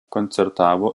koncertavo